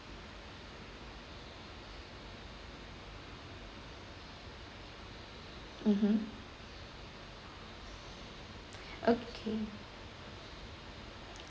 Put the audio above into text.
mmhmm okay